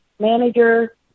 manager